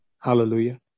Hallelujah